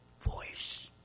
voice